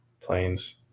planes